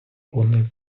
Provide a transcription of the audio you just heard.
вони